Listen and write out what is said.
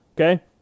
Okay